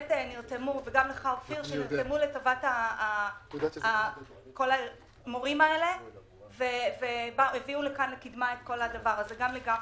שנרתמו לטובת המורים האלה והביאו את הנושא לקדמת הדיון.